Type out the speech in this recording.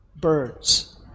birds